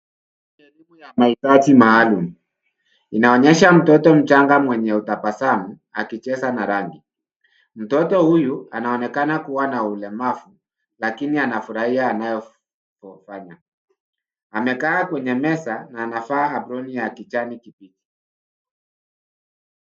Mahitaji maalum inaonyesha mtoto mchanga mwenye utabasamu akicheza na rangi. Mtoto huyu anaonekana kuwa na ulemavu lakini anafurahia anayofanya. Amekaa kwenye meza na anavaa aproni ya kijani kibichi.